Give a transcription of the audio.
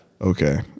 Okay